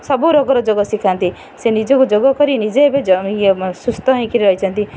ସବୁ ରୋଗର ଯୋଗ ଶିଖାନ୍ତି ସେ ନିଜକୁ ଯୋଗ କରି ନିଜେ ଏବେ ଇଏ ସୁସ୍ଥ ହୋଇକି ରହିଛନ୍ତି